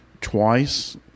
twice